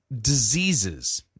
diseases